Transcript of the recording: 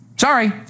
Sorry